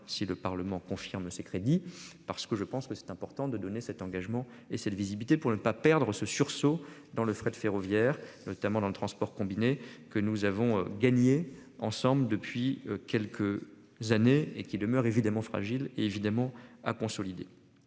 si le Parlement confirme ses crédits parce que je pense que c'est important de donner cet engagement et cette visibilité pour ne pas perdre ce sursaut dans le fret ferroviaire, notamment dans le transport combiné, que nous avons gagné ensemble depuis quelques années et qu'il demeure évidemment fragile et évidemment à consolider.